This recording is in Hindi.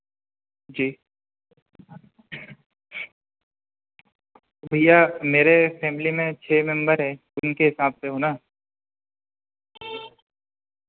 भैया मेरे फैमिली में छः मेंबर हैं उनके हिसाब से हो ना